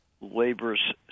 labor's